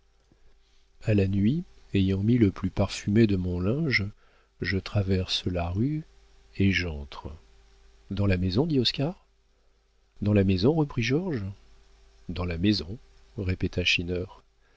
a la nuit ayant mis le plus parfumé de mon linge je traverse la rue et j'entre dans la maison dit oscar dans la maison reprit georges dans la maison répéta